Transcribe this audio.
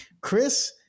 Chris